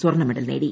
സ്വർണ്ണമെഡൽ നേടി